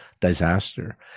disaster